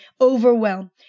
overwhelm